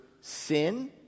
sin